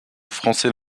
français